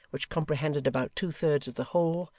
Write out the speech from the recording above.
which comprehended about two-thirds of the whole,